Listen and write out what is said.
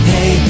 Hey